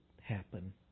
happen